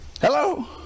Hello